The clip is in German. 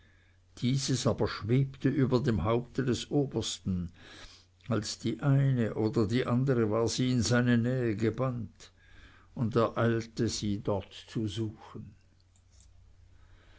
dieses aber schwebte über dem haupte des obersten als die eine oder die andere war sie in seine nähe gebannt und er eilte sie dort zu suchen